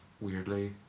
weirdly